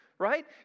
Right